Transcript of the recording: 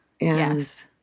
Yes